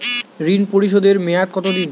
ঋণ পরিশোধের মেয়াদ কত দিন?